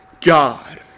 God